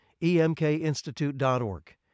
emkinstitute.org